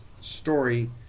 story